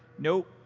nope,